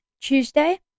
Tuesday